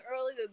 early